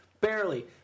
barely